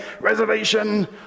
reservation